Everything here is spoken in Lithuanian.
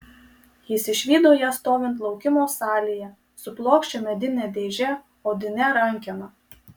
jis išvydo ją stovint laukimo salėje su plokščia medine dėže odine rankena